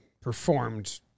performed